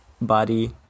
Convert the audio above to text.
body